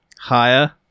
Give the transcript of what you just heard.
higher